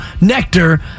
Nectar